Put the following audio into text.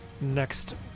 next